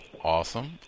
Awesome